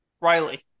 Riley